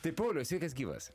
tai pauliau sveikas gyvas